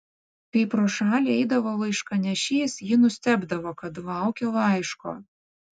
kai pro šalį eidavo laiškanešys ji nustebdavo kad laukia laiško